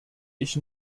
ich